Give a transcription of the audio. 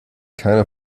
keine